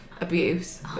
abuse